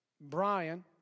Brian